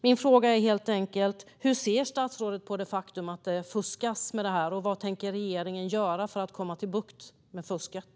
Min fråga är helt enkelt: Hur ser statsrådet på det faktum att det fuskas med detta, och vad tänker regeringen göra för att komma till rätta med fusket?